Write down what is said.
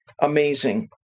Amazing